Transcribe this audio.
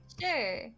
Sure